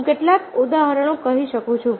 હું કેટલાક ઉદાહરણ કહી શકું છું